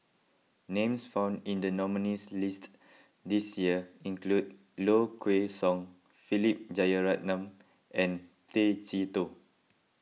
names found in the nominees' list this year include Low Kway Song Philip Jeyaretnam and Tay Chee Toh